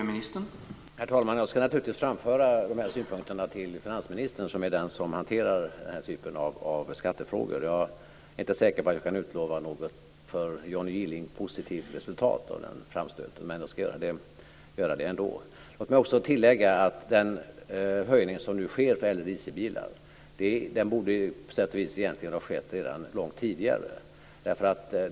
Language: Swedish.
Herr talman! Jag ska naturligtvis framföra dessa synpunkter till finansministern, som är den som hanterar denna typ av skattefrågor. Jag är inte säker på att jag kan utlova något för Johnny Gylling positivt resultat av den framstöten, men jag ska göra det ändå. Låt mig också tillägga att den höjning som nu sker för äldre dieselbilar på sätt och vis egentligen borde ha skett långt tidigare.